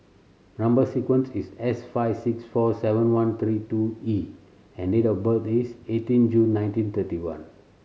number sequence is S five six four seven one three two E and date of birth is eighteen June nineteen thirty one